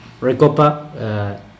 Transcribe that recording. Recopa